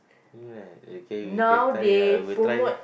okay you can try ya I will try